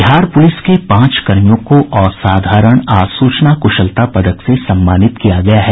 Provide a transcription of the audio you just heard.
Bihar police के पांच कर्मियों को असाधारण आसूचना कुशलता पदक से सम्मानित किया गया है